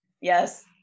Yes